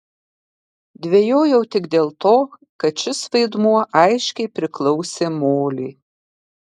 dvejojau tik dėl to kad šis vaidmuo aiškiai priklausė molei